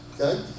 Okay